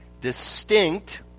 distinct